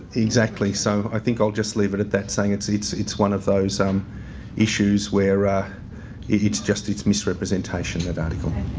exactly. so, i think i'll just leave it at that saying it's it's one of those um issues where ah it's just, it's misrepresentation that article,